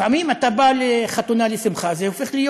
לפעמים אתה בא לחתונה, לשמחה, זה הופך להיות